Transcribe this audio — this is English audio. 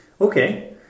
Okay